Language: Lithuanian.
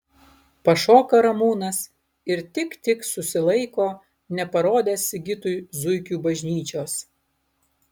pašoka ramūnas ir tik tik susilaiko neparodęs sigitui zuikių bažnyčios